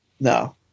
no